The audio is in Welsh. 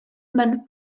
mewn